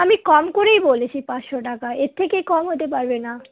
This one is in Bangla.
আমি কম করেই বলেছি পাঁচশো টাকা এর থেকে কম হতে পারবে না